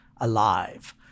alive